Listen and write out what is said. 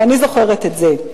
ואני זוכרת את זה.